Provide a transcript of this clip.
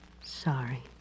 sorry